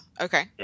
Okay